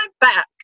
back